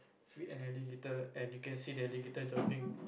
feed an alligator and you can see the alligator jumping